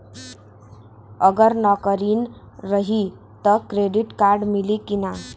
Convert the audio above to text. अगर नौकरीन रही त क्रेडिट कार्ड मिली कि ना?